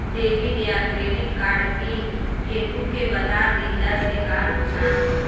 Debit या credit card pin केहूके बता दिहला से का नुकसान ह?